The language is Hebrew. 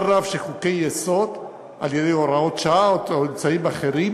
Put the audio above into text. רב של חוקי-יסוד על-ידי הוראות שעה ואמצעים אחרים,